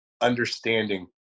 understanding